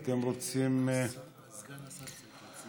מה אתה מציע, סגן השר?